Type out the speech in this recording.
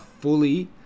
fully